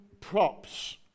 props